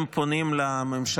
הם פונים לממשלה.